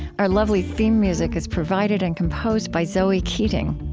our lovely theme music is provided and composed by zoe keating.